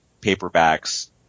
paperbacks